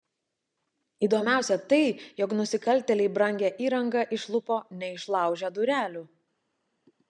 įdomiausia tai jog nusikaltėliai brangią įrangą išlupo neišlaužę durelių